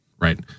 Right